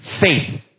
faith